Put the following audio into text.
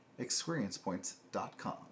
experiencepoints.com